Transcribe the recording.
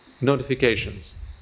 notifications